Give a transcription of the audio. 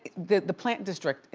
the the plant district,